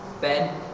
Ben